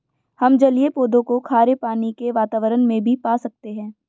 हम जलीय पौधों को खारे पानी के वातावरण में भी पा सकते हैं